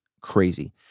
crazy